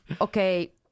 okay